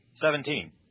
Seventeen